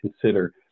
consider